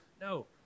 No